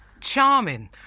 Charming